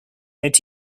that